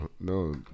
No